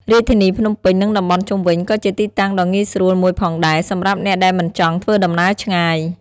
រាជធានីភ្នំពេញ និងតំបន់ជុំវិញ ក៏ជាទីតាំងដ៏ងាយស្រួលមួយផងដែរសម្រាប់អ្នកដែលមិនចង់ធ្វើដំណើរឆ្ងាយ។